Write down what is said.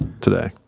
today